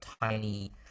tiny